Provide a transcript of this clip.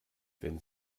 wenn